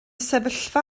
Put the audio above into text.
sefyllfa